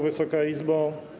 Wysoka Izbo!